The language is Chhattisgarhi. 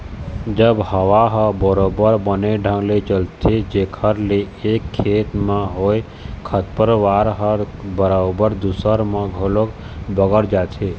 जब हवा ह बरोबर बने ढंग ले चलथे जेखर ले एक खेत म होय खरपतवार ह बरोबर दूसर म घलोक बगर जाथे